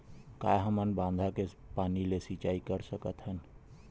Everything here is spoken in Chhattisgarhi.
का हमन बांधा के पानी ले सिंचाई कर सकथन?